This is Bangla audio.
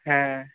হ্যাঁ